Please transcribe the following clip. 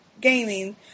gaming